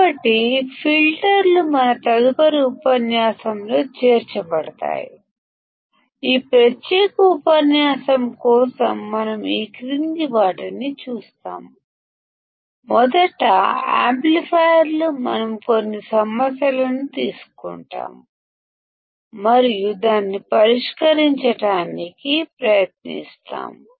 కాబట్టి ఫిల్టర్లు మన తదుపరి ఉపన్యాసం లో చేర్చబడతాయి ఈ ప్రత్యేక ఉపన్యాసం లో మనం ఈ క్రిందివి చూద్దాము మొట్ట మొదట యాంప్లిఫైయర్లు మనం కొన్ని సమస్యలను తీసుకుందాము మరియు దాన్ని పరిష్కరించడానికి ప్రయత్నిద్దాము